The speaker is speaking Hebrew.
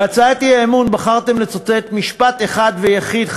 בהצעת האי-אמון בחרתם לצטט משפט אחד ויחיד,